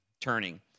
turning